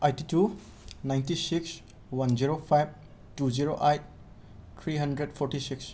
eighty two ninety six one zero five two zero eight three hundred forty six